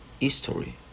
history